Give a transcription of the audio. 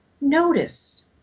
notice